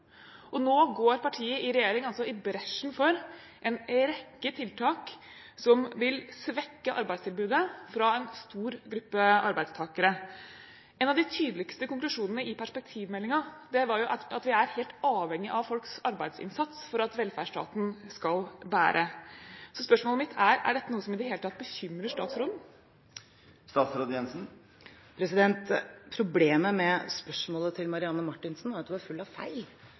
Nå går partiet i regjering altså i bresjen for en rekke tiltak som vil svekke arbeidstilbudet for en stor gruppe arbeidstakere. En av de tydeligste konklusjonene i perspektivmeldingen var jo at vi er helt avhengig av folks arbeidsinnsats for at velferdsstaten skal bære. Spørsmålet mitt er: Er dette noe som i det hele tatt bekymrer statsråden? Problemet med spørsmålet til Marianne Marthinsen er at det er fullt av feil.